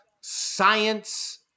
science